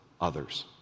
others